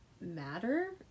matter